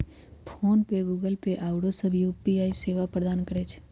PhonePe, Google Pay आउरो सभ UPI सेवा प्रदान करै छै